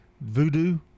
Voodoo